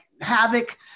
havoc